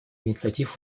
инициатив